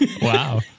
Wow